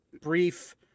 brief